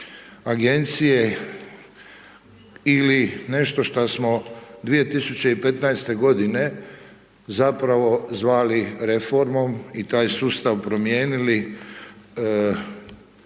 agencije ili nešto šta smo 2015. godine zapravo zvali reformom i taj sustav promijenili